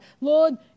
Lord